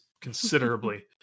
considerably